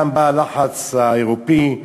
גם בא הלחץ האירופי,